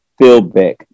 Philbeck